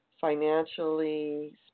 financially